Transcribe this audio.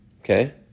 Okay